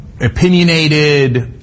opinionated